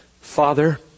Father